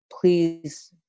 please